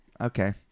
Okay